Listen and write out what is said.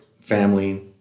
family